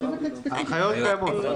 ההנחיות קיימות.